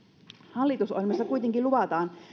hallitusohjelmassa kuitenkin luvataan